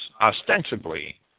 ostensibly